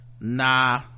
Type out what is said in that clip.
nah